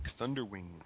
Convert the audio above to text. Thunderwing